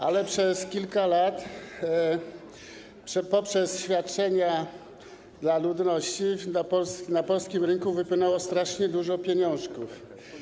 Ale przez kilka lat poprzez świadczenia dla ludności na polskim rynku wypłynęło strasznie dużo pieniążków.